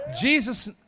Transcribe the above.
Jesus